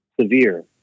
severe